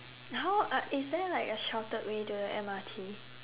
how uh is there like a sheltered way to the M_R_T